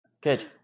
Good